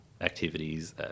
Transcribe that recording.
activities